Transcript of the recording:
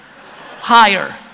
higher